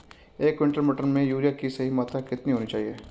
एक क्विंटल मटर में यूरिया की सही मात्रा कितनी होनी चाहिए?